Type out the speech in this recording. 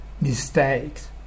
mistakes